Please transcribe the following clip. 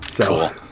Cool